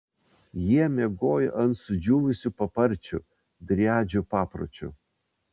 jie miegojo ant sudžiūvusių paparčių driadžių papročiu